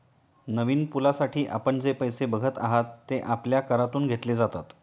नवीन पुलासाठी आपण जे पैसे बघत आहात, ते आपल्या करातून घेतले जातात